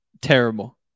Terrible